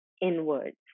inwards